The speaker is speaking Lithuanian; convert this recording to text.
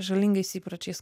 žalingais įpročiais